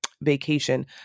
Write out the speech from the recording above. vacation